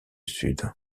sud